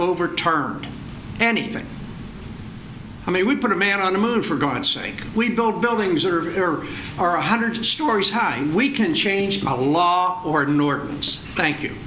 overturned and anything i mean we put a man on the moon for god's sake we build buildings or there are a hundred stories high we can change the law or nortons thank you